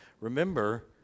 Remember